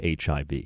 HIV